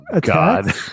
god